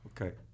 Okay